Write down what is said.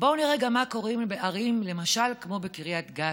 בואו נראה גם מה קורה בערים כמו בקריית גת.